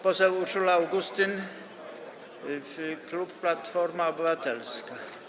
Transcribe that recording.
Poseł Urszula Augustyn, klub Platforma Obywatelska.